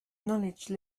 knowledge